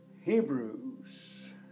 Hebrews